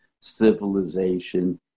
civilization